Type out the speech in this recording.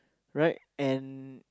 right and